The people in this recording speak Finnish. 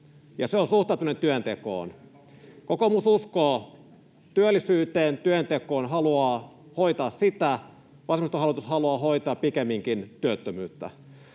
se on suhtautuminen työntekoon. Kokoomus uskoo työllisyyteen ja työntekoon ja haluaa hoitaa sitä, vasemmistohallitus haluaa hoitaa pikemminkin työttömyyttä.